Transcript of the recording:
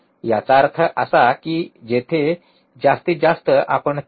याचा अर्थ असा की येथे जास्तीत जास्त आपण 13